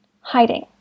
Hiding